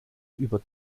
über